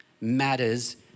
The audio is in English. matters